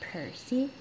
Percy